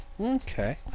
Okay